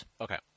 Okay